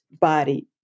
body